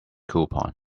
coupon